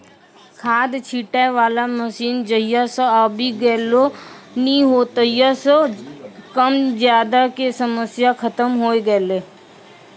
खाद छीटै वाला मशीन जहिया सॅ आबी गेलै नी हो तहिया सॅ कम ज्यादा के समस्या खतम होय गेलै